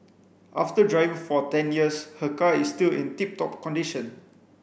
after driving for ten years her car is still in tip top condition